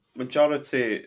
majority